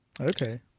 Okay